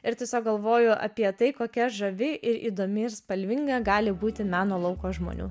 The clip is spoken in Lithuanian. ir tiesiog galvoju apie tai kokia žavi ir įdomi ir spalvinga gali būti meno lauko žmonių